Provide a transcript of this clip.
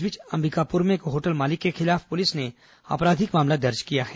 इस बीच अंबिकापुर में एक होटल मालिक के खिलाफ पुलिस ने आपराधिक मामला दर्ज किया है